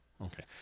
Okay